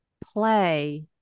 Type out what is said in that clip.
play